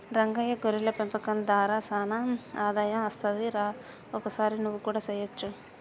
రంగయ్య గొర్రెల పెంపకం దార సానా ఆదాయం అస్తది రా ఒకసారి నువ్వు కూడా సెయొచ్చుగా